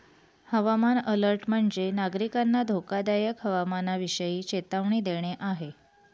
हवामान अलर्ट म्हणजे, नागरिकांना धोकादायक हवामानाविषयी चेतावणी देणे आहे